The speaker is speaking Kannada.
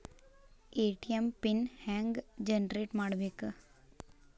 ಎ.ಟಿ.ಎಂ ಪಿನ್ ಹೆಂಗ್ ಜನರೇಟ್ ಮಾಡಬೇಕು?